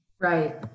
Right